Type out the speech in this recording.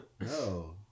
no